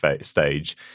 stage